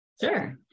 Sure